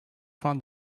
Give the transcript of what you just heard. fun